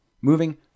Moving